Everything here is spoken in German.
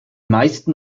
meisten